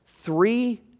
Three